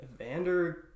Evander